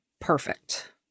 Perfect